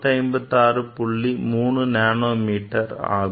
3 nanometre ஆகும்